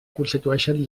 constitueixen